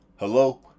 Hello